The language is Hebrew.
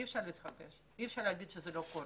אי אפשר להתכחש לזה ולהגיד שזה לא קורה.